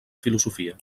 filosofia